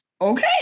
okay